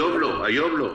היום, לא.